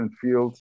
fields